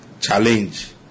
challenge